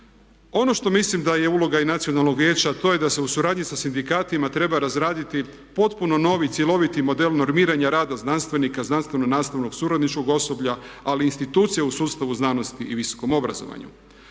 Ono što mislim da je uloga i Nacionalnog vijeća to je da se u suradnji sa sindikatima treba razraditi potpuno novi cjeloviti model normiranja rada znanstvenika, znanstveno nastavnog suradničkog osoblja ali i institucije u sustavu znanosti i visokom obrazovanju.